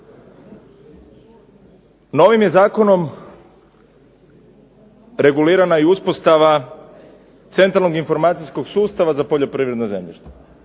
Novim je zakonom regulirana i uspostava Centralnog informacijskog sustava za poljoprivredno zemljište,